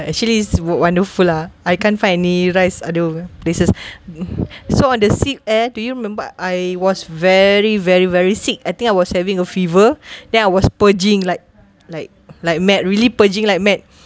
actually it's wonderful lah I can't find any rice other places so on the seat eh do you remember I was very very very sick I think I was having a fever then I was purging like like like mad really purging like mad